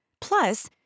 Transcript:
Plus